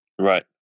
Right